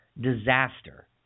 disaster